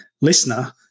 listener